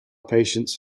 patients